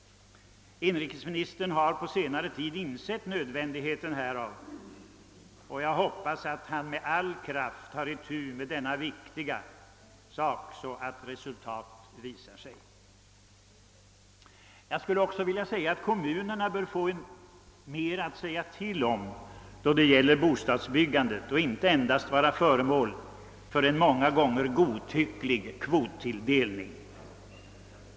Inrikesministern har på senare tid insett nödvändigheten härav, och jag hoppas att han med all kraft tar itu med denna viktiga sak. Kommunerna bör också få mer att säga till om då det gäller bostadsbyggandet och inte endast vara hänvisade till en många gånger godtycklig kvottilldelning.